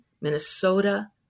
Minnesota